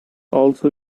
also